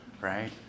right